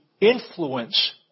influence